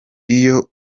iyo